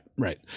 right